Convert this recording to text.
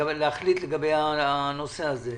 להחליט לגבי הנושא הזה.